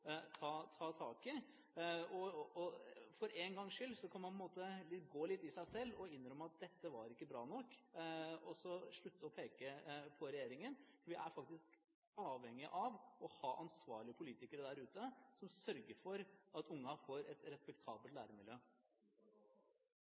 innrømme at dette ikke var bra nok, og slutte å peke på regjeringen – for vi er faktisk avhengig av å ha ansvarlige politikere der ute, som sørger for at ungene får et respektabelt